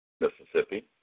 Mississippi